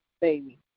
baby